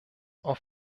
auf